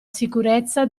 sicurezza